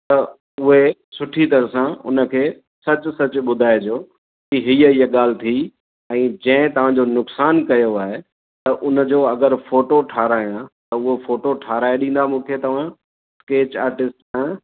त उहे सुठी तरह सां उनखे सचु सचु ॿुधाइजो की हीअ हीअ ॻाल्हि थी ऐं जंहिं तव्हांजो नुक़सानु कयो आहे त उनजो अगरि फ़ोटो ठाराहियां त उहो फ़ोटो ठाराहे ॾींदा मूंखे तव्हां स्कैच आर्टिस्ट खां